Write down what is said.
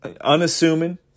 unassuming